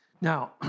Now